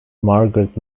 margaret